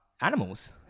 animals